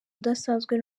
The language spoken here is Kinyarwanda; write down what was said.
udasanzwe